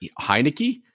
Heineke